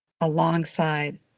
alongside